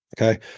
Okay